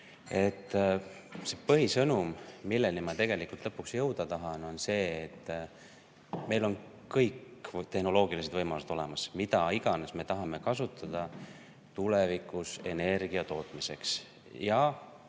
Põhisõnum, milleni ma tegelikult lõpuks jõuda tahan, on see, et meil on kõik tehnoloogilised võimalused olemas, mida iganes me tahame kasutada tulevikus energia tootmiseks.